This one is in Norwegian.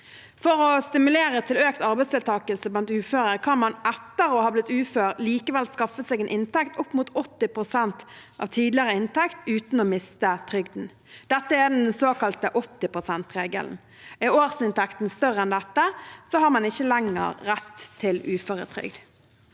For å stimulere til økt arbeidsdeltakelse blant uføre kan man etter å ha blitt ufør likevel skaffe seg en inntekt opp mot 80 pst. av tidligere inntekt uten å miste trygden. Dette er den såkalte 80 pst.-re gelen. Er årsinntekten større enn dette, har man ikke lenger rett til uføretrygd.